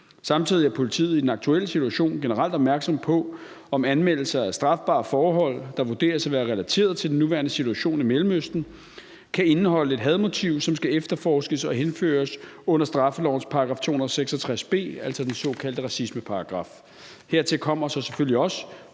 Samtidig er politiet i den aktuelle situation generelt opmærksom på, om anmeldelser af strafbare forhold, der vurderes at være relateret til den nuværende situation i Mellemøsten kan indholde et hadmotiv, som skal efterforskes og henføres under straffelovens § 266 b, altså den såkaldte racismeparagraf. Hertil kommer så selvfølgelig også,